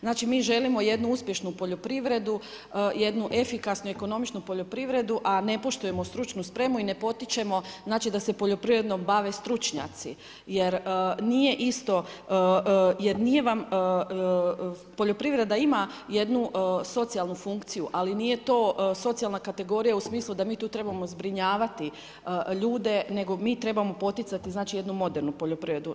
Znači mi želimo jednu uspješnu poljoprivredu, jednu efikasnu, ekonomičnu poljoprivredu, a ne poštujemo stručnu spremu i ne potičem oda se poljoprivredom bave stručnjaci jer nije isto, poljoprivreda da ima jednu socijalnu funkciju, ali nije to socijalna kategorija u smislu da mi tu trebamo zbrinjavati ljude nego mi trebamo poticati jednu modernu poljoprivredu.